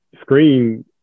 screen